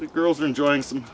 the girls are enjoying some